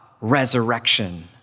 resurrection